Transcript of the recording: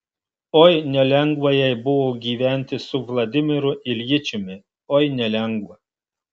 oi nelengva jai buvo gyventi su vladimiru iljičiumi oi nelengva